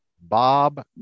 Bob